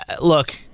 Look